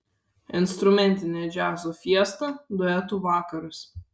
instrumentinė džiazo fiesta duetų vakaras